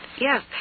Yes